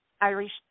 Irish